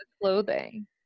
clothing